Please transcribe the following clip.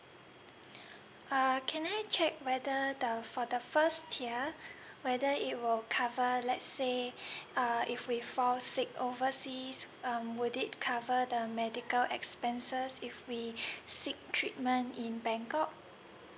uh can I check whether the for the first tier whether it will cover let say uh if we fall sick overseas um would it cover the medical expenses if we seek treatment in bangkok